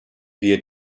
wir